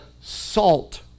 salt